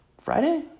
Friday